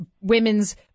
Women's